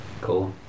Cool